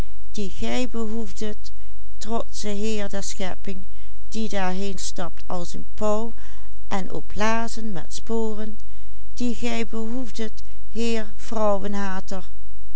met sporen die gij